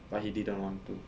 but he didn't want to